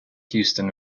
houston